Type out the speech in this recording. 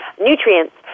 nutrients